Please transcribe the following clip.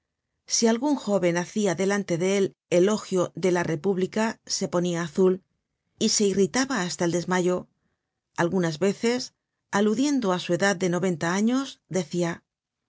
si algun jóven hacia delante de él elogio de la república se ponia azul y se irritaba hasta el desmayo algunas veces aludiendo á su edad de noventa años decia